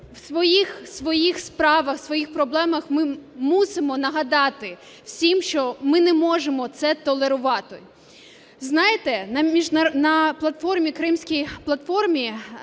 в своїх справа, в своїх проблемах, ми мусимо нагадати всім, що ми не можемо це толерувати. Знаєте, на Кримській платформі